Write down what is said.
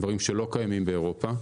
דברים שלא קיימים באירופה,